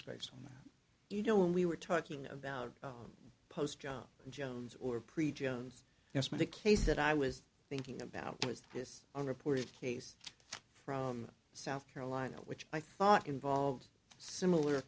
space on that you know when we were talking about post john jones or preach owns yes many cases that i was thinking about was this i reported case from south carolina which i thought involved similar